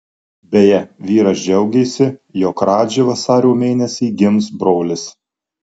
beje vyras džiaugėsi jog radži vasario mėnesį gims brolis